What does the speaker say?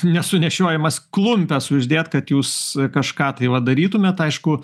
nesunešiojamas klumpes uždėt kad jūs kažką tai vat darytumėt aišku